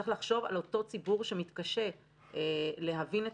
צריך לחשוב על אותו ציבור שמתקשה להבין את